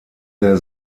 der